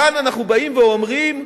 כאן אנחנו באים ואומרים,